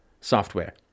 software